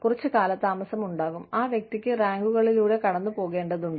കുറച്ച് കാലതാമസമുണ്ടാകും ആ വ്യക്തിക്ക് റാങ്കുകളിലൂടെ കടന്നുപോകേണ്ടതുണ്ട്